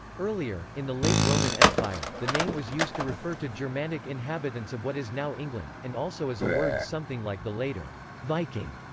earlier, in the late roman empire, the name was used to refer to germanic inhabitants of what is now england, and also as a word something like the later viking,